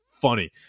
funny